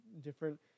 different